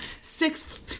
six